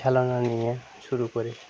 খেলনা নিয়ে শুরু করে